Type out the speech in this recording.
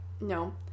No